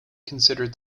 considered